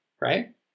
right